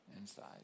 Inside